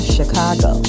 Chicago